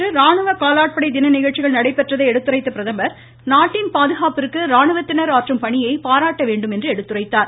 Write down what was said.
நேற்று ராணுவக் காலாட்படை தின நிகழ்ச்சிகள் நடைபெற்றதை எடுத்துரைத்த பிரதமர் நாட்டின் பாதுகாப்பிற்கு ராணுவத்தினர் ஆற்றும் பணியை பாராட்ட வேண்டும் என்றார்